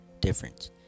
difference